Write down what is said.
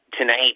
Tonight